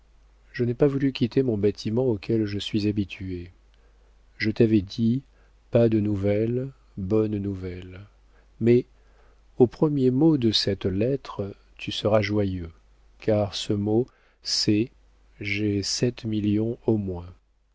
je n'ai pas voulu quitter mon bâtiment auquel je suis habitué je t'avais dit pas de nouvelles bonnes nouvelles mais au premier mot de cette lettre tu seras joyeux car ce mot c'est j'ai sept millions au moins